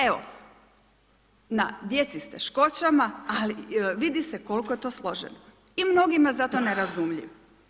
Evo, na djeci s teškoćama, ali vidi se koliko je to složeno i mnogima zato nerazumljiv.